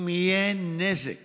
אם יהיה נזק